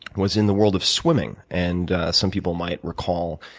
was in the world of swimming. and some people might recall,